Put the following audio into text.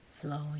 flowing